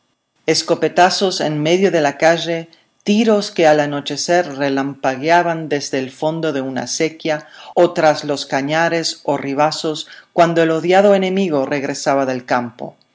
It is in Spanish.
escopetazos en medio de la calle tiros que al anochecer relampagueaban desde el fondo de una acequia o tras los cañares o ribazos cuando el odiado enemigo regresaba del campo